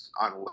on